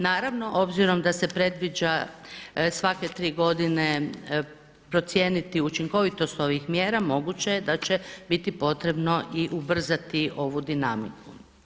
Naravno obzirom da se previđa svake tri godine procijeniti učinkovitost ovih mjera moguće je da će biti potrebno i ubrzati ovu dinamiku.